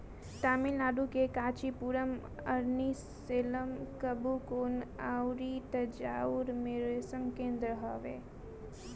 तमिलनाडु के कांचीपुरम, अरनी, सेलम, कुबकोणम अउरी तंजाउर में रेशम केंद्र हवे